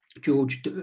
George